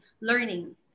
learning